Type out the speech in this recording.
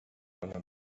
anderen